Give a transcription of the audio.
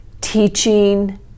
teaching